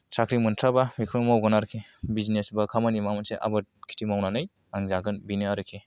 साख्रि मोनथ्राबा बेखौनो मावगोन आरोखि बिजिनेस बा खामानि माबा मोनसे आबाद खेथि मावनानै आं जागोन बेनो आरोखि